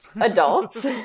adults